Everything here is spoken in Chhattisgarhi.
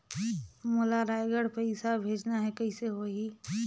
मोला रायगढ़ पइसा भेजना हैं, कइसे होही?